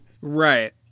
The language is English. Right